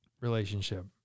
relationship